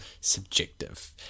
subjective